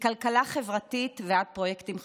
מכלכלה חברתית ועד פרויקטים חדשניים,